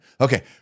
Okay